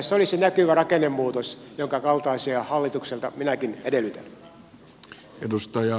se olisi näkyvä rakennemuutos jonka kaltaisia hallitukselta minäkin edellytän